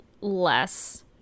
less